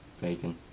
Bacon